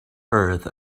earth